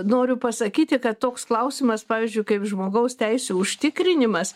noriu pasakyti kad toks klausimas pavyzdžiui kaip žmogaus teisių užtikrinimas